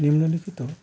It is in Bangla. নিম্নলিখিত